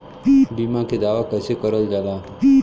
बीमा के दावा कैसे करल जाला?